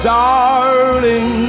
darling